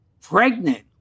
pregnant